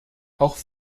auch